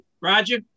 Roger